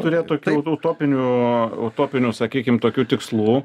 turėt tokių utopinių utopinių sakykim tokių tikslų